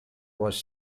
was